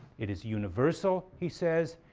it is universal, he says,